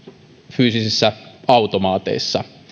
fyysisissä automaateissa